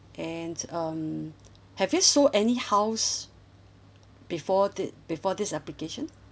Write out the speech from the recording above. and um have you sold any house before this before this application